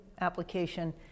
application